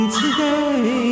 today